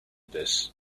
this